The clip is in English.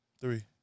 Three